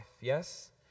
Yes